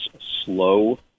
slow